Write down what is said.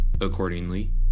Accordingly